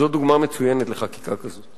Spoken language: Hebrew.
זו דוגמה מצוינת לחקיקה כזאת.